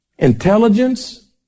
Intelligence